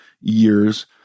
years